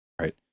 Right